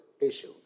issue